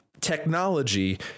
technology